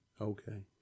Okay